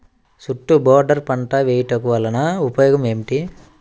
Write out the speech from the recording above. చుట్టూ బోర్డర్ పంట వేయుట వలన ఉపయోగం ఏమిటి?